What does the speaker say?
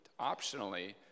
optionally